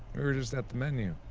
we were just at the menu.